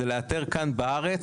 זה לאתר פה בארץ,